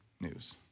news